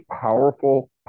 powerful